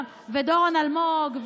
ודורון אלמוג,